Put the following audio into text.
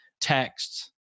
texts